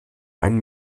einen